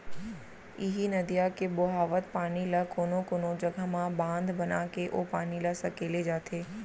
इहीं नदिया के बोहावत पानी ल कोनो कोनो जघा म बांधा बनाके ओ पानी ल सकेले जाथे